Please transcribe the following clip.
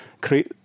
create